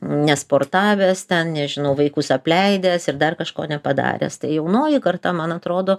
nesportavęs ten nežinau vaikus apleidęs ir dar kažko nepadaręs tai jaunoji karta man atrodo